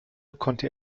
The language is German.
konnte